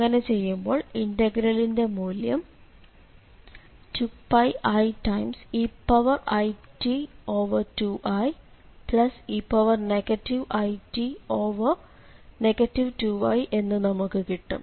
അങ്ങനെ ചെയ്യുമ്പോൾ ഇന്റഗ്രലിന്റെ മൂല്യം 2πieit2ie it 2i എന്ന് നമുക്ക് കിട്ടും